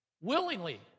Willingly